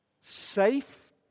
Safe